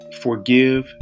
Forgive